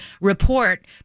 report